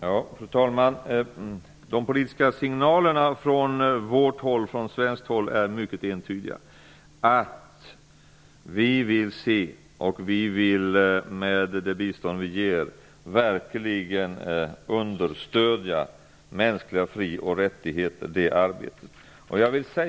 Fru talman! De politiska signalerna från svenskt håll är mycket entydiga. Vi vill med det bistånd vi ger verkligen understödja arbetet för mänskliga frioch rättigheter.